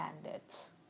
standards